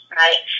right